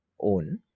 own